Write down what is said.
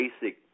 basic